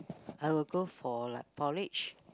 I will go for like porridge